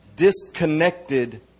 disconnected